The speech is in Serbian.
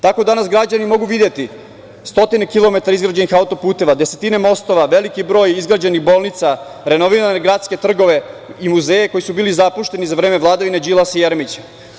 Tako danas građani mogu videti stotine kilometara izgrađenih autoputeva, desetine mostova, veliki broj izgrađenih bolnica, renovirane gradske trgove i muzeje koji su bili zapušteni za vreme vladavine Đilasa i Jeremića.